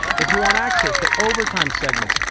if you want access to overtime segments,